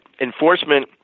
Enforcement